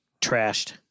trashed